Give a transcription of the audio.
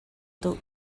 duh